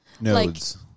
Nodes